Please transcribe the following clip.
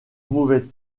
mauvais